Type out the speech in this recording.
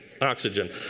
oxygen